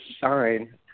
sign